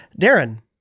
Darren